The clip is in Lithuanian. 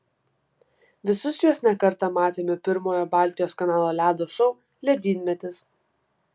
visus juos ne kartą matėme pirmojo baltijos kanalo ledo šou ledynmetis